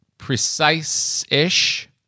precise-ish